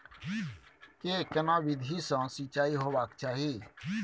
के केना विधी सॅ सिंचाई होबाक चाही?